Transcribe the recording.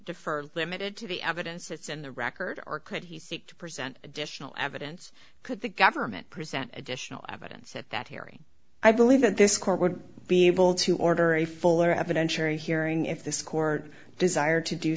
defer limited to the evidence that's in the record or could he seek to present additional evidence could the government present additional evidence at that hearing i believe that this court would be able to order a fuller evidentiary hearing if this court desire to do